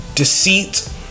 Deceit